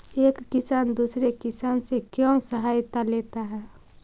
एक किसान दूसरे किसान से क्यों सहायता लेता है?